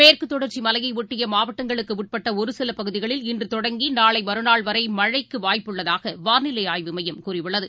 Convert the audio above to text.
மேற்குதொடர்ச்சிமலையைஒட்டியமாவட்டங்களுக்குஉட்பட்டஒருசிலபகுதிகளில் இன்றுதொடங்கி நாளைமறுநாள் வரைமழைக்குவாய்ப்புள்ளதாகவானிலைஆய்வு மையம் கூறியுள்ளது